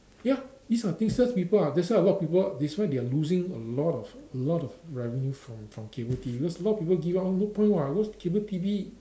ya these are things people are that's why a lot people that's why they are losing a lot of a lot of revenue from from cable T_V because a lot of people give up cause no point what cause cable T_V